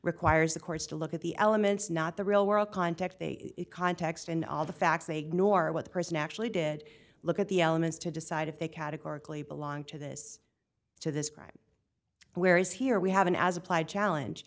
requires the courts to look at the elements not the real world context the context and all the facts they nor what the person actually did look at the elements to decide if they categorically belong to this to this crime whereas here we have an as applied challenge